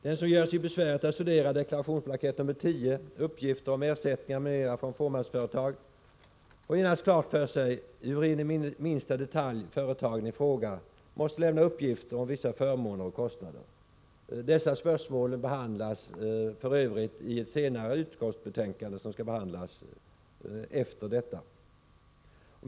Den som gör sig besväret att studera deklarationsblankett nr 10, uppgifter om ersättningar m.m. från fåmansföretag, får genast klart för sig hur in i minsta detalj företagaren i fråga måste lämna uppgifter om vissa förmåner och kostnader. Dessa spörsmål tas f. ö. upp i det utskottsbetänkande som skall behandlas efter detta.